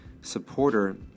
supporter